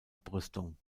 brüstung